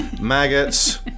maggots